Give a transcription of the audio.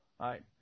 right